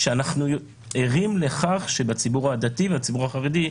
כשאנחנו ערים לכך שבציבור הדתי והחרדי,